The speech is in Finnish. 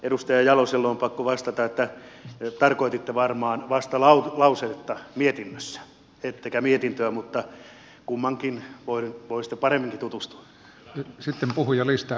edustaja jaloselle on pakko vastata että tarkoititte varmaan vastalausetta mietinnössä ettekä mietintöä mutta kumpaankin voisitte paremminkin tutustua